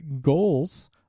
goals